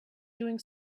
doing